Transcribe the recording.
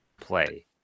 play